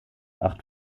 acht